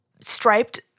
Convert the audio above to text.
striped-